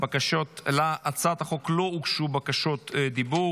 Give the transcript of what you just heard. להצעת החוק לא הוגשו בקשות דיבור.